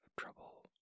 trouble